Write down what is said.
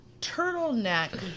turtleneck